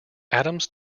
adams